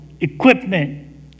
equipment